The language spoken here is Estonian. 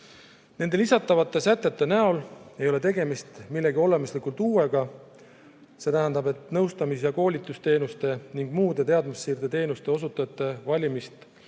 Nende lisatavate sätete näol ei ole tegemist millegi olemuslikult uuega. Nõustamis‑ ja koolitusteenuste ning muude teadmussiirde teenuste osutajate valimist